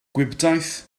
gwibdaith